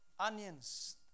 onions